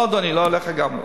--- לא, אדוני, עליך גם לא.